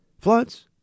floods